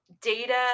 data